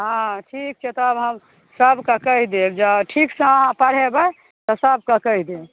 हँ ठीक छै तहन हम सभकेँ कहि देब जँ ठीकसँ अहाँ पढ़ेबै तऽ सभकेँ कहि देब